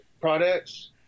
products